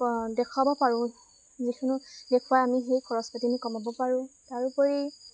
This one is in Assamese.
দেখুৱাব পাৰোঁ যিখিনি দেখুৱাই আমি সেই খৰচ পাতিখিনি কমাব পাৰোঁ তাৰোপৰি